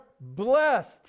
blessed